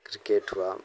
cricket हुआ